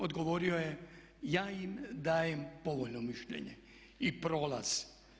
Odgovorio je ja im dajem povoljno mišljenje i prolaz.